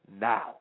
now